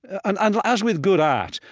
and and as with good art,